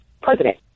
president